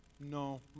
No